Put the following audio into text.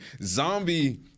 Zombie